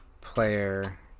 player